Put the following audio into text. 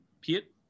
Piet